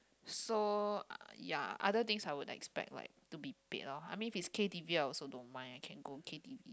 so ya other things I would expect like to be paid lor I mean if it's K T_V I also don't mind can go K T_V